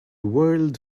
world